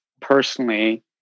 personally